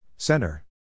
Center